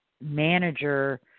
manager